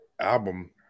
Album